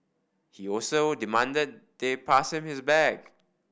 he also demanded they pass him his bag